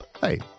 Hey